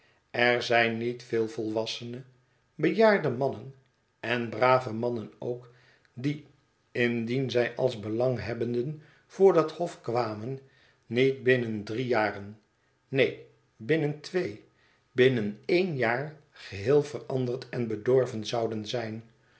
er zijn niet veel volwassene bejaarde mannen en brave mannen ook die indien zij als belanghebbenden voor dat hof kwamen niet binnen drie jaren neen binnen twee binnen één jaar geheel veranderd en bedorven zouden zijn